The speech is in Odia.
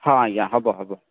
ହଁ ଆଜ୍ଞା ହେବ ହେବ